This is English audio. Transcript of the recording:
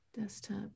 Desktop